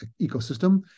ecosystem